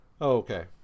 okay